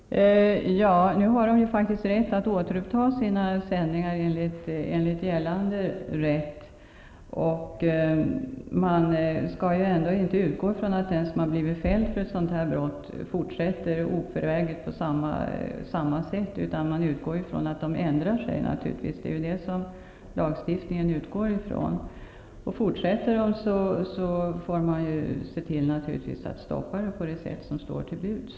Fru talman! Nu har han faktiskt rätt att återuppta sina sändningar enligt gällande lag. Man skall ändå inte utgå från att den som blir fälld för ett sådant brott fortsätter oförväget på samma sätt, utan han ändrar sig naturligtvis. Fortsätter han får man naturligtvis se till att stoppa det på ett sätt som står till buds.